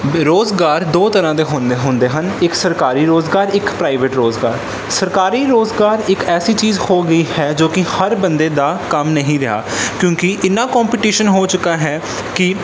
ਰੁਜ਼ਗਾਰ ਦੋ ਤਰ੍ਹਾਂ ਦੇ ਹੁੰਦੇ ਬੁੰਦੇ ਹਨ ਇੱਕ ਸਰਕਾਰੀ ਰੁਜ਼ਗਾਰ ਇੱਕ ਪ੍ਰਾਈਵੇਟ ਰੁਜ਼ਗਾਰ ਸਰਕਾਰੀ ਰੁਜ਼ਗਾਰ ਇੱਕ ਐਸੀ ਚੀਜ਼ ਹੋ ਗਈ ਹੈ ਜੋ ਕਿ ਹਰ ਬੰਦੇ ਦਾ ਕੰਮ ਨਹੀਂ ਰਿਹਾ ਕਿਉਂਕਿ ਇੰਨਾ ਕੋਂਪਟੀਸ਼ਨ ਹੋ ਚੁੱਕਾ ਹੈ ਕਿ